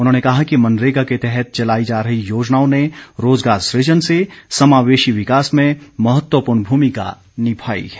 उन्होंने कहा कि मनरेगा के तहत चलाई जा रही योजनाओं ने रोज़गार सुजन से समावेशी विकास में महत्वपूर्ण भूमिका निभाई है